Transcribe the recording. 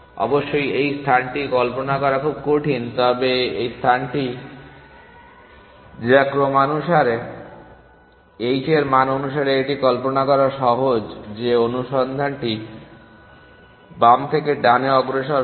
অবশ্যই এই স্থানটি কল্পনা করা খুব কঠিন তবে এই স্থানটি যা ক্রমানুসারে h এর মান অনুসারে এটি কল্পনা করা সহজ যে অনুসন্ধানটি বাম থেকে ডানে অগ্রসর হবে